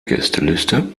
gästeliste